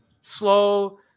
Slow